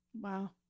Wow